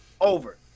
over